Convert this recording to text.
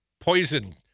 poison